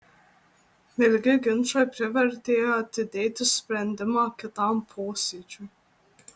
ilgi ginčai privertė atidėti sprendimą kitam posėdžiui